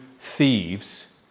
thieves